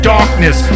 Darkness